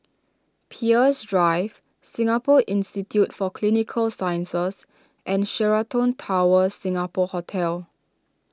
Peirce Drive Singapore Institute for Clinical Sciences and Sheraton Towers Singapore Hotel